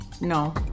no